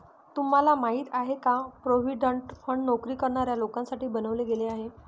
तुम्हाला माहिती आहे का? प्रॉव्हिडंट फंड नोकरी करणाऱ्या लोकांसाठी बनवले गेले आहे